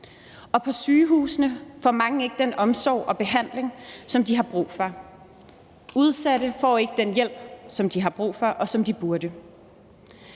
Og på sygehusene får mange ikke den omsorg og behandling, som de har brug for, udsatte får ikke den hjælp, som de har brug for, og som de burde